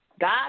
God